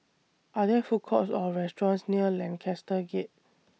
Are There Food Courts Or restaurants near Lancaster Gate